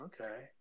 Okay